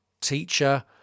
teacher